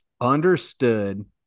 understood